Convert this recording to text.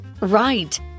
Right